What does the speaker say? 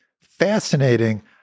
fascinating